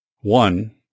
One